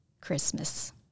Christmas